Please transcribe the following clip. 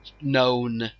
known